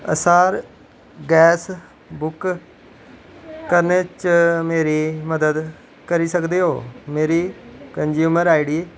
असार gas book करने च मेरी मदद करी सकदे ओ मेरी कंज्यूमर आई डी